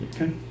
Okay